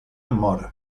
mor